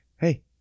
Hey